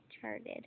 charted